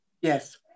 Yes